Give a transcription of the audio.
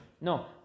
No